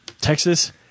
Texas